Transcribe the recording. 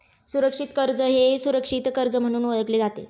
सुरक्षित कर्ज हे सुरक्षित कर्ज म्हणून ओळखले जाते